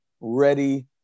ready